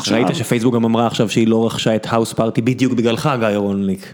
ראית שפייסבוק אמרה עכשיו שהיא לא רכשה את האוס פארטי בדיוק בגללך גיא רולניק.